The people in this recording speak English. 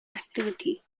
activity